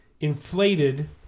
inflated